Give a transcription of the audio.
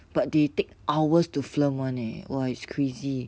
but they take hours to film [one] leh !wah! it's crazy